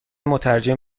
مترجم